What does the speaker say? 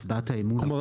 הצבעת האמון -- כלומר,